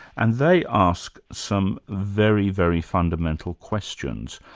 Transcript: and they ask some very, very fundamental questions.